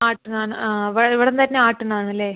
ആട്ടണത് ആണ് ആ അപ്പം ഇവിടുന്നു തന്നെ ആട്ടുന്നത് ആണ് അല്ലെ